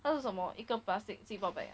那是什么一个 plastic ziplock bag ah